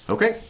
Okay